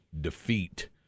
defeat